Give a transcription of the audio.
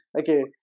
okay